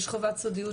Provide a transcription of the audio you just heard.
יש חובת סודיות